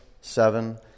seven